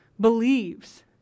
believes